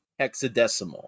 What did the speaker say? hexadecimal